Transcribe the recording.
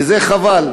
וזה חבל.